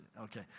okay